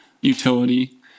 utility